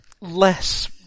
Less